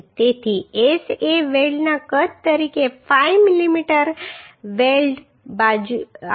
તેથી S એ વેલ્ડના કદ તરીકે 5 મીમી વેલ્ડ આપો